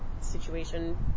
situation